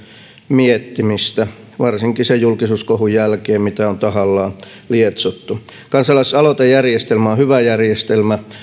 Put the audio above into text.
miettimistä varsinkin sen julkisuuskohun jälkeen mitä on tahallaan lietsottu kansalaisaloitejärjestelmä on hyvä järjestelmä